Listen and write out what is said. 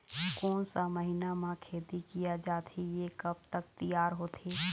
कोन सा महीना मा खेती किया जाथे ये कब तक तियार होथे?